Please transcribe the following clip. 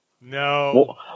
no